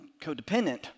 codependent